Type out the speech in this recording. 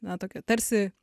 na tokia tarsi